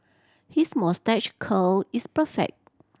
his moustache curl is perfect